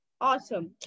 Awesome